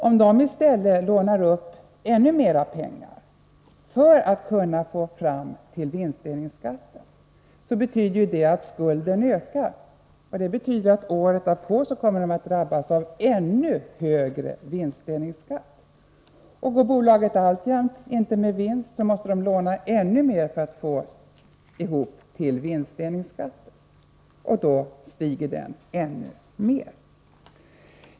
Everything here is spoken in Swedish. Om de i stället lånar upp ännu mer pengar för att ha råd att betala vinstdelningsskatten, betyder det att skulden ökar. Det betyder att de året därpå kommer att drabbas av ännu högre vinstdelningsskatt. Om bolagen alltjämt inte går med vinst måste de låna ännu mer för att få ihop till vinstdelningsskatten, vilken då stiger ännu mer.